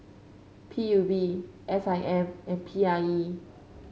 P U B S I M and P I E